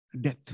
Death